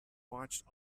watched